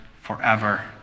forever